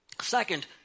Second